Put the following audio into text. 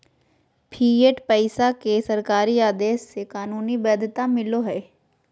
fiat पैसा के सरकारी आदेश से कानूनी वैध्यता मिलो हय